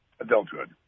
adulthood